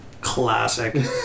Classic